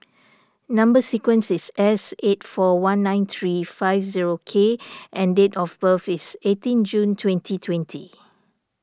Number Sequence is S eight four one nine three five zero K and date of birth is eighteen June twenty twenty